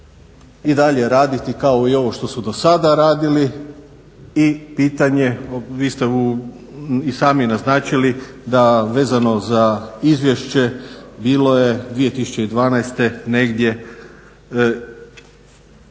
i dalje raditi kao i ovo što su do sada radili i pitanje, vi ste i sami naznačili da vezano uz izvješće bilo je 2012. negdje